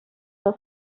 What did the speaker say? das